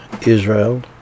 Israel